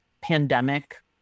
pandemic